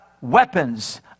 weapons